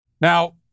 Now